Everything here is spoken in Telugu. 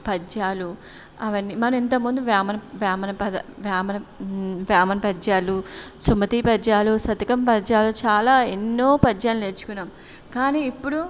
పద్యాలు అవన్నీ మనం ఇంతకముందు వేమన వేమన పద వేమన వేమన పద్యాలు సుమతీ పద్యాలు శతకం పద్యాలు చాలా ఎన్నో పద్యాలు నేర్చుకున్నాం కానీ ఇప్పుడు